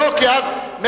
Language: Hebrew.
כי אז,